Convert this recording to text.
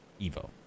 EVO